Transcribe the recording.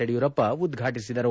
ಯಡಿಯೂರಪ್ಪ ಉದ್ಘಾಟಿಸಿದರು